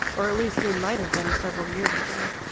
or at least they might have been several years ago,